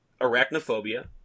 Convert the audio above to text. Arachnophobia